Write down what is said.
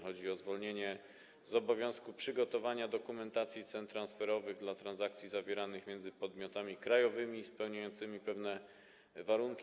Chodzi o zwolnienie z obowiązku przygotowania dokumentacji cen transferowych dla transakcji zawieranych między podmiotami krajowymi spełniającymi pewne warunki.